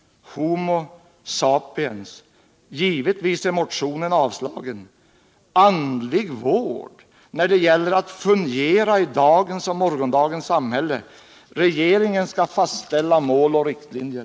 Homo sapiens. Givetvis är motionen avslagen. Andlig vård när det gäller, som det heter, att fungera i dagens och morgondagens samhälle? Regeringen skall fastställa mål och riktlinjer.